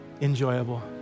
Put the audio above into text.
enjoyable